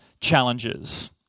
challenges